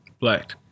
Black